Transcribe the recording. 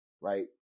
right